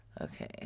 Okay